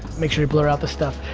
make sure you blur out the stuff.